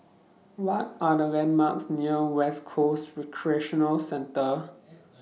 What Are The landmarks near West Coast Recreational Centre